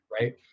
right